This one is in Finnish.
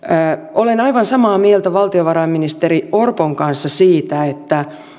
olen aivan samaa mieltä valtiovarainministeri orpon kanssa siitä että